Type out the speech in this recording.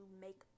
make